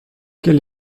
quel